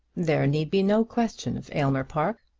there need be no question of aylmer park.